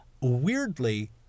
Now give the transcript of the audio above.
Weirdly